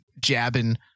jabbing